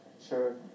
sure